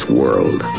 world